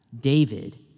David